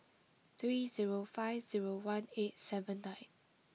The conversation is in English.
three zero five zero one eight seven nine